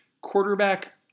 quarterback